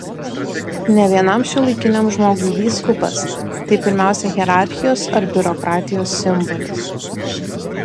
ne vienam šiuolaikiniam žmogui vyskupas tai pirmiausia hierarchijos ar biurokratijos simbolis